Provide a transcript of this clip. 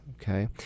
okay